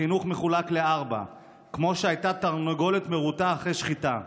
החינוך מחולק לארבעה כמו היה תרנגולת מרוטה אחרי שחיטה,